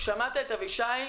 את אבישי,